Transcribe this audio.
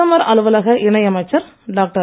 பிரதமர் அலுவலக இணையமைச்சர் டாக்டர்